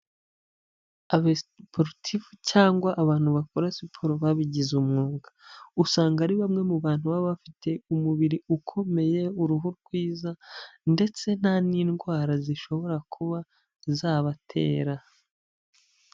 Abasiporutifu cyangwa abantu bakora siporo babigize umwuga usanga ari bamwe mu bantu baba bafite umubiri ukomeye, uruhu rwiza ndetse nta n'indwara zishobora kuba zabatera.